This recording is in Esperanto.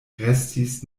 restis